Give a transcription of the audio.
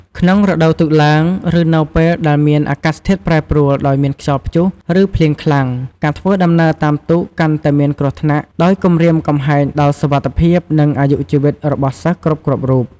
ក្នុងរដូវទឹកឡើង ឬនៅពេលដែលអាកាសធាតុប្រែប្រួលដោយមានខ្យល់ព្យុះ ឬភ្លៀងខ្លាំង ការធ្វើដំណើរតាមទូកកាន់តែមានគ្រោះថ្នាក់ ដោយគំរាមកំហែងដល់សុវត្ថិភាព និងអាយុជីវិតរបស់សិស្សគ្រប់ៗរូប។